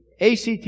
ACT